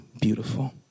beautiful